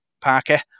Parker